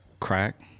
Crack